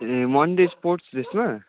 ए Monday sports ड्रेसमा